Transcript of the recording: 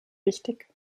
wichtig